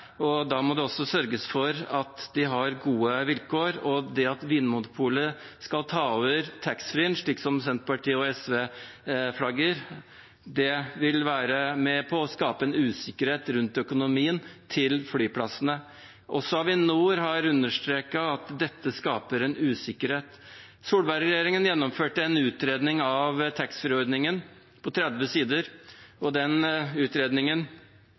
og da må det også sørges for at de har gode vilkår. Om Vinmonopolet skal ta over taxfree-en, slik Senterpartiet og SV flagger, vil det være med på å skape en usikkerhet rundt økonomien til flyplassene. Også Avinor har understreket at dette skaper en usikkerhet. Solberg-regjeringen gjennomførte en utredning av taxfree-ordningen på 30 sider. Den utredningen